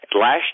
Last